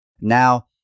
Now